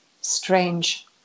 strange